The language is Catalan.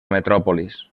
metròpolis